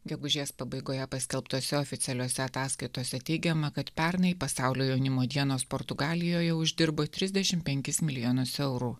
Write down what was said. gegužės pabaigoje paskelbtose oficialiose ataskaitose teigiama kad pernai pasaulio jaunimo dienos portugalijoje uždirbo trisdešim penkis milijonus eurų